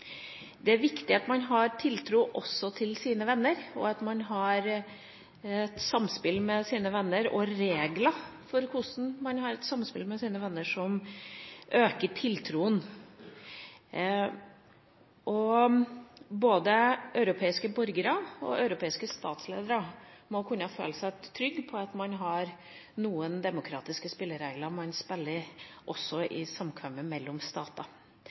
Det er viktig at man har tiltro til sine venner, at man har et samspill med sine venner, og at man har regler for samspillet med sine venner som øker tiltroen. Både europeiske borgere generelt og europeiske statsledere må kunne føle seg trygge på at man har noen demokratiske spilleregler også når det gjelder samkvemmet mellom